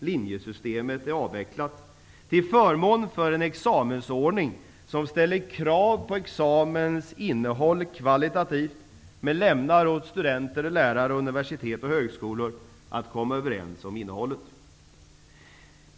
Linjesystemet är avvecklat, till förmån för en examensordning som ställer krav på examens innehåll kvalitativt men lämnar åt studenter och lärare, universitet och högskolor att komma överens om innehållet.